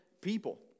people